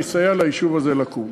אני אסייע ליישוב הזה לקום.